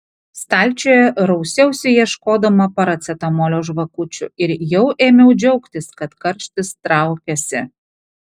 stalčiuje rausiausi ieškodama paracetamolio žvakučių ir jau ėmiau džiaugtis kad karštis traukiasi